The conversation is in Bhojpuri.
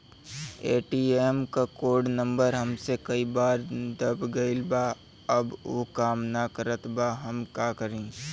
ए.टी.एम क कोड नम्बर हमसे कई बार दब गईल बा अब उ काम ना करत बा हम का करी?